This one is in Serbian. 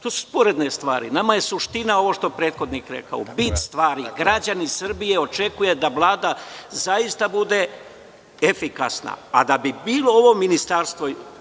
To su sporedne stvari. Nama je suština ovo što je prethodnik rekao, bit stvari. Građani Srbije očekuju da Vlada zaista bude efikasna, a da bi bilo ovo ministarstvo